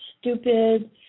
stupid